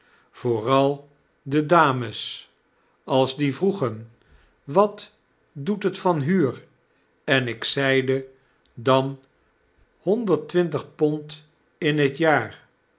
vooral de dames als die vroegen wat doet het van huur en ik zeide dan honderd twintig pond in tjaar